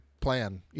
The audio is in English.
plan